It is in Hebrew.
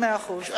מאה אחוז.